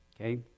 Okay